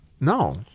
No